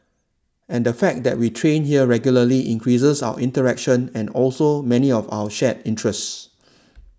and the fact that we train here regularly increases our interaction and also many of our shared interests